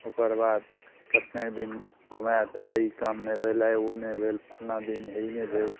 ओकरबाद कतने दिन घुमैत आइ ई काम नहि भेल आइ ओ नहि भेल तऽ फलना दिन हे ई नहि भेल